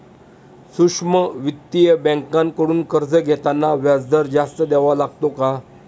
सूक्ष्म वित्तीय बँकांकडून कर्ज घेताना व्याजदर जास्त द्यावा लागतो का?